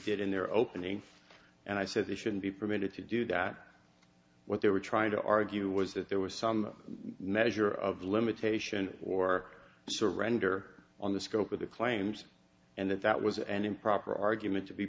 did in their opening and i said they shouldn't be permitted to do that what they were trying to argue was that there was some measure of limitation or render on the scope of the claims and that that was an improper argument to be